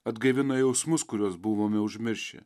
atgaivina jausmus kuriuos buvome užmiršę